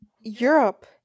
Europe